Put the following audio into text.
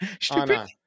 Stupid